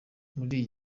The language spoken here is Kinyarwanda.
muri